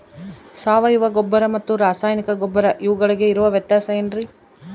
ಸಾವಯವ ಗೊಬ್ಬರ ಮತ್ತು ರಾಸಾಯನಿಕ ಗೊಬ್ಬರ ಇವುಗಳಿಗೆ ಇರುವ ವ್ಯತ್ಯಾಸ ಏನ್ರಿ?